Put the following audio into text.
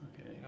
Okay